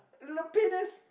Lapidas